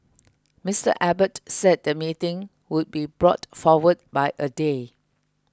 Mr Abbott said the meeting would be brought forward by a day